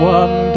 one